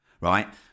right